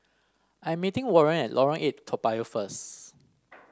I'm meeting Warren at Lorong Eight Toa Payoh first